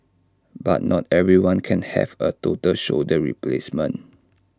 but not everyone can have A total shoulder replacement